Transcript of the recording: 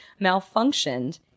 malfunctioned